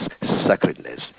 sacredness